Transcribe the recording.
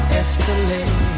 escalate